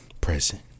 present